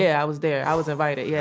yeah i was there. i was invited. yeah